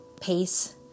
Pace